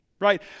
right